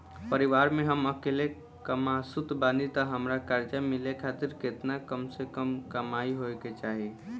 परिवार में हम अकेले कमासुत बानी त हमरा कर्जा मिले खातिर केतना कम से कम कमाई होए के चाही?